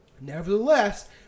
Nevertheless